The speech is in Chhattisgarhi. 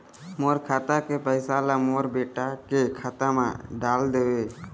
मोर खाता के पैसा ला मोर बेटा के खाता मा डाल देव?